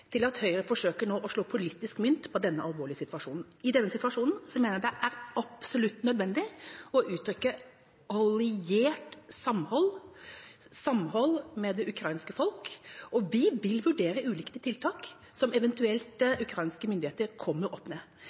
til at Høyre nå skal forsøke å slå politisk mynt på denne alvorlige situasjonen. I denne situasjonen mener jeg det er absolutt nødvendig å uttrykke alliert samhold og samhold med det ukrainske folk, og vi vil vurdere ulike tiltak som ukrainske myndigheter eventuelt kommer